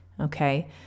Okay